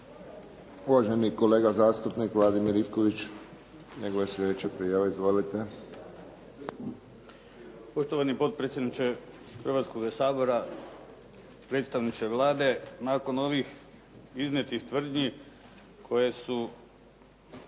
Uvaženi kolega zastupnik Vladimir Ivković. Njegova je sljedeća prijava. Izvolite. **Ivković, Vladimir (HDZ)** Poštovani potpredsjedniče Hrvatskoga sabora, predstavniče Vlade. Nakon ovih iznijetih tvrdnji koje su